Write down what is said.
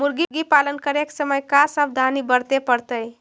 मुर्गी पालन करे के समय का सावधानी वर्तें पड़तई?